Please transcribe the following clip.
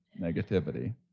negativity